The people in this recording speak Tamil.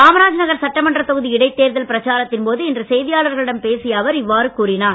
காமராஜர் நகர் சட்டமன்ற தொகுதி இடைத்தேர்தல் பிரச்சாரத்தின் போது இன்று செய்தியாளர்களிடம் பேசிய அவர் இவ்வாறு கூறினார்